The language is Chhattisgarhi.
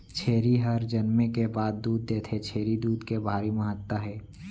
छेरी हर जनमे के बाद दूद देथे, छेरी दूद के भारी महत्ता हे